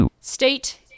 state